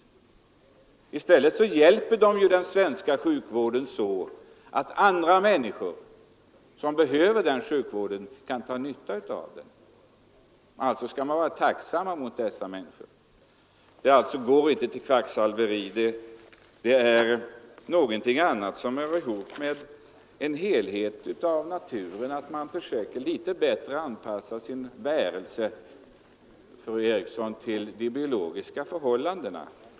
De hjälper i själva verket den svenska sjukvården genom att andra människor som behöver denna sjukvård kan dra nytta av den. Alltså skall vi vara tacksamma mot dessa människor. Detta har inte med kvacksalveri att göra utan det har att göra med att försöka leva i enlighet med naturen, att försöka att litet bättre anpassa sin livsföring till de biologiska förhållandena.